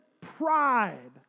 pride